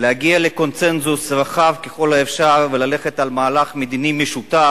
להגיע לקונסנזוס רחב ככל האפשר וללכת על מהלך מדיני משותף,